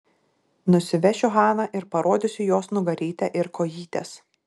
nusivešiu haną ir parodysiu jos nugarytę ir kojytes